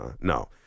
no